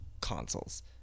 consoles